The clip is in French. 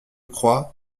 crois